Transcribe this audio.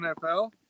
NFL